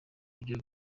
buryo